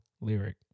lyric